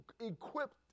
equipped